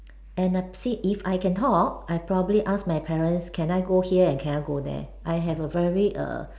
and I see if I can talk I probably ask my parents can I go here and can I go there I have a very err